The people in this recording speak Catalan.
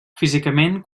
físicament